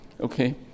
okay